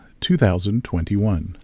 2021